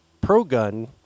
pro-gun